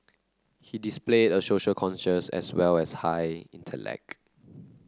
he displayed a social conscience as well as high intellect